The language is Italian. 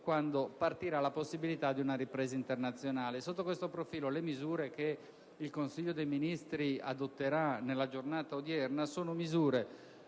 quando ci sarà la possibilità di una ripresa internazionale. Sotto questo profilo, le misure che il Consiglio dei ministri adotterà nella giornata odierna